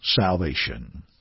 salvation